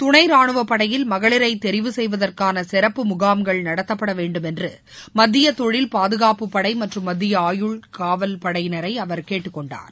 துணை ரானுவ படையில் மகளிரை தெரிவு செய்வதற்கான சிறப்பு முகாம்கள் நடத்தப்பட வேண்டும் என்று மத்திய தொழில் பாதுகாப்பு படை மற்றும் மத்திய ஆயுள் காவல்படையினரை அவர் கேட்டுக்கொண்டார்